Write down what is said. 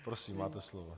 Prosím, máte slovo.